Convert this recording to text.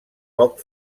poc